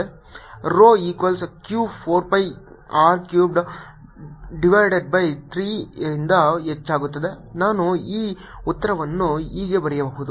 rRVrrRrρdr00rr2ρdr0rR220 r260 Rho equals Q 4 pi R cubed divided by 3 ರಿಂದ ಹೆಚ್ಚಾಗುತ್ತದೆ ನಾನು ಈ ಉತ್ತರವನ್ನು ಹೀಗೆ ಬರೆಯಬಹುದು